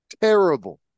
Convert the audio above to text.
terrible